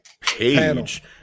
page